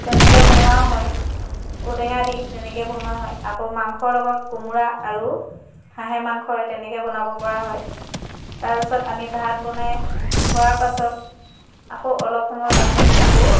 তেনেকৈ বনোৱা হয় ঔটেঙা দি তেনেকৈ বনোৱা হয় আকৌ মাংসৰ লগত কোমোৰা আৰু হাঁহে মাংসই তেনেকৈ বনাব পৰা হয় তাৰ পাছত আমি ভাত বনাই হোৱাৰ পাছত আকৌ অলপ সময় পাছত আকৌ